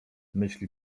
myśli